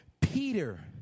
Peter